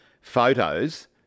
photos